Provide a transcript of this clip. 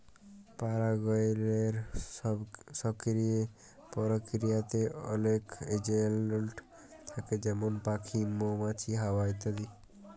পারাগায়লের সকিরিয় পরকিরিয়াতে অলেক এজেলট থ্যাকে যেমল প্যাখি, মমাছি, হাওয়া ইত্যাদি